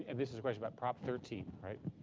and this is a question about prop. thirteen right?